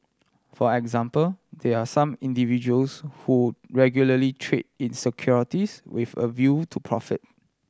for example there are some individuals who regularly trade in securities with a view to profit